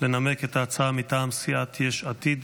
לנמק את ההצעה מטעם סיעת יש עתיד.